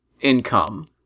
income